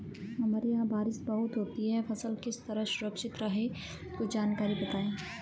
हमारे यहाँ बारिश बहुत होती है फसल किस तरह सुरक्षित रहे कुछ जानकारी बताएं?